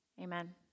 Amen